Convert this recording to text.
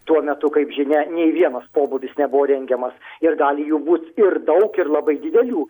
tuo metu kaip žinia nei vienas pobūvis nebuvo rengiamas ir gali jų būt ir daug ir labai didelių